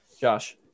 Josh